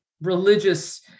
religious